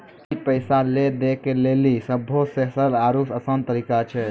ई पैसा लै दै के लेली सभ्भे से सरल आरु असान तरिका छै